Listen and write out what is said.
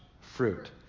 fruit